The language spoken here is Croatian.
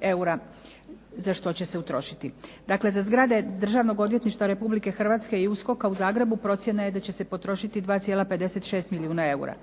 eura za što će se utrošiti. Dakle, za zgrade Državnog odvjetništva Republike Hrvatske i USKOK-a u Zagrebu procjena je da će se potrošiti 2,56 milijuna eura.